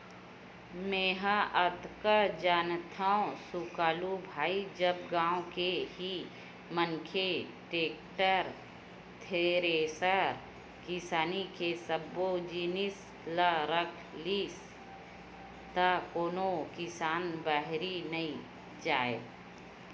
मेंहा अतका जानथव सुकालू भाई जब गाँव के ही मनखे टेक्टर, थेरेसर किसानी के सब्बो जिनिस ल रख लिही त कोनो किसान बाहिर नइ जाय